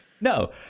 No